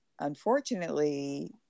unfortunately